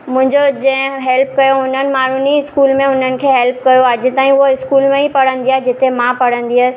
मुंहिंजो जंंहिं हेल्प कयो उननि माण्हुनि ई स्कूल में उननि खे हेल्प कयो अॼु ताईं हूअ स्कूल में ई पढ़ंदी आहे जिते मां पढ़ंदी हुअसि हीअं